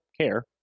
care